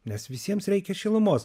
nes visiems reikia šilumos